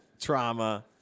trauma